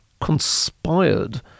conspired